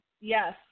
Yes